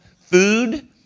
food